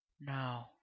No